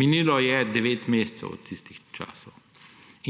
Minilo je 9 mesecev od tistih časov